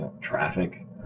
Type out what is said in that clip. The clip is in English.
traffic